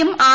യും ആർ